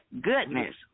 goodness